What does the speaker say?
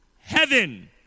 heaven